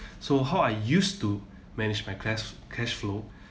so how I used to manage my clash cash flow